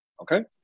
Okay